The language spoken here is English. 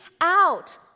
out